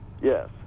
Yes